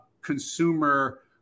consumer